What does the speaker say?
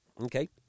okay